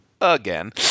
again